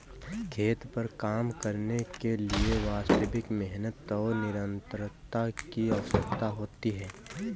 खेत पर काम करने के लिए वास्तविक मेहनत और निरंतरता की आवश्यकता होती है